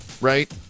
right